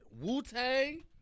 Wu-Tang